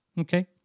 okay